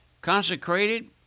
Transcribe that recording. consecrated